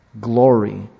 glory